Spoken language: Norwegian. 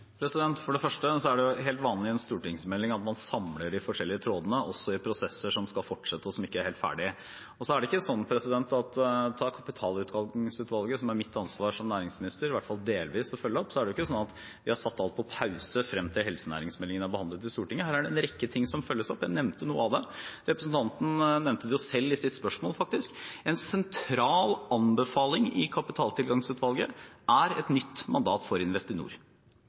Det er helt vanlig i en stortingsmelding at man samler de forskjellige trådene, også i prosesser som ikke er helt ferdige og skal fortsette. Ta kapitaltilgangsutvalget, som er mitt ansvar som næringsminister – i hvert fall delvis – å følge opp: Vi har ikke satt alt på pause frem til helsenæringsmeldingen er behandlet i Stortinget. Her er en rekke ting som følges opp, og jeg nevnte noe av det. Representanten nevnte det faktisk selv i sitt spørsmål: En sentral anbefaling i kapitaltilgangsutvalget er et nytt mandat for Investinor.